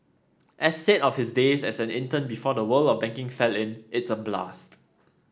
as he said of his days as an intern before the world of banking fell in it's a blast